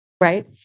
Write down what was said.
right